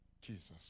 Jesus